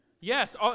Yes